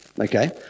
Okay